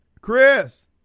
Chris